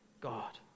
God